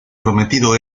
prometido